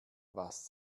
was